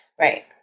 Right